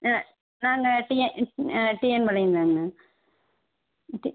ஆ நாங்கள் TN TN Palayam தானுங்க D